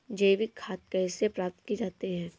जैविक खाद कैसे प्राप्त की जाती है?